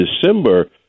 December